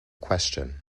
question